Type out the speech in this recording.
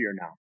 now